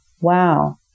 Wow